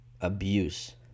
abuse